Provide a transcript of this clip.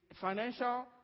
financial